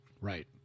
Right